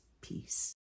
Peace